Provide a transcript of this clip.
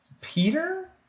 Peter